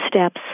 steps